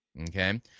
Okay